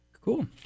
Cool